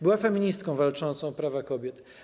Była feministką walczącą o prawa kobiet.